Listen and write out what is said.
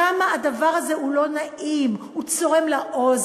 כמה הדבר הזה הוא לא נעים, הוא צורם לאוזן.